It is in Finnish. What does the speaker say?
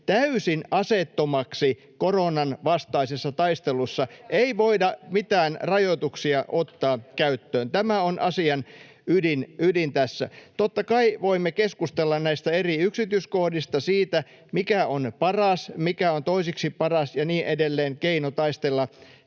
ei voida mitään rajoituksia ottaa käyttöön. Tämä on asian ydin tässä. Totta kai voimme keskustella näistä eri yksityiskohdista, siitä, mikä on paras, mikä on toiseksi paras ja niin edelleen keino taistella